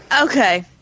Okay